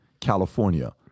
California